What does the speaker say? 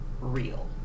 real